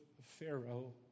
Pharaoh